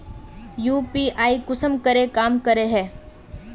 UPI कुंसम काम करे है?